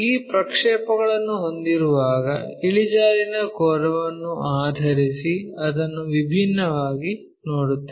ಈ ಪ್ರಕ್ಷೇಪಗಳನ್ನು ಹೊಂದಿರುವಾಗ ಇಳಿಜಾರಿನ ಕೋನವನ್ನು ಆಧರಿಸಿ ಅದನ್ನು ವಿಭಿನ್ನವಾಗಿ ನೋಡುತ್ತೇವೆ